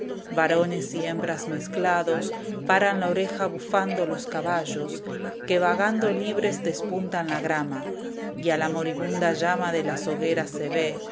fatal esteban bchbvebiíla paran la oreja bufando los caballos que vagando libres despuntan la grama y a la moribunda llama de las hogueras se vé